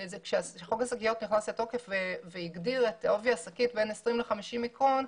כשחוק השקיות נכנס לתוקף והגדיר את עובי השקית בין 50-20 מיקרון,